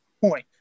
point